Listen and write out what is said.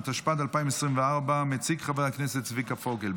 התשפ"ד 2024. מציג חבר הכנסת צביקה פוגל,